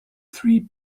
three